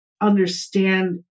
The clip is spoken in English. understand